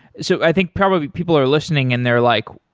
so i think probably people are listening and they're like,